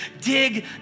Dig